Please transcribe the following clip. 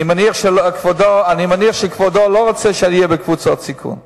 אני מניח שכבודו לא רוצה שאני אהיה בקבוצות סיכון.